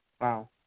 Wow